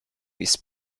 his